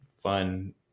fun